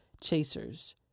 chasers